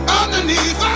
underneath